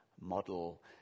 model